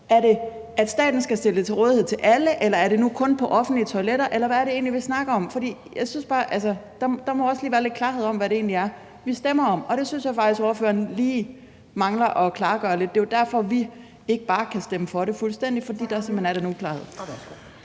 Er det, at staten skal stille det til rådighed for alle, eller er det nu kun på offentlige toiletter, eller hvad er det egentlig, vi snakker om? Der må være lidt klarhed over, hvad det egentlig er, vi stemmer om, og der synes jeg faktisk, at ordføreren lige mangler at klargøre det. Det er derfor, vi ikke bare lige kan stemme for det, fordi der simpelt hen er den uklarhed.